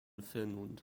finland